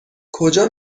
کجا